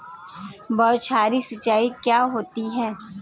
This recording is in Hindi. बौछारी सिंचाई क्या होती है?